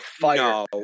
fire